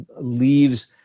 leaves